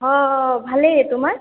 অঁ অঁ ভালেই তোমাৰ